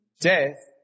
Death